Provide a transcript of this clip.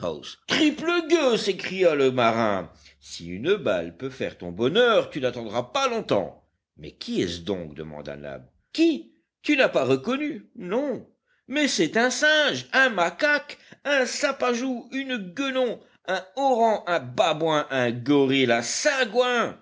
triple gueux s'écria le marin si une balle peut faire ton bonheur tu n'attendras pas longtemps mais qui est-ce donc demanda nab qui tu n'as pas reconnu non mais c'est un singe un macaque un sapajou une guenon un orang un babouin un gorille un sagouin